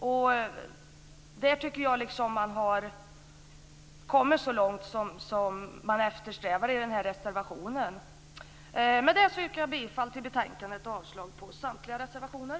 Därför tycker jag att man har kommit så långt som man eftersträvar i reservationen. Med detta yrkar jag bifall till utskottets hemställan i betänkandet och avslag på samtliga reservationer.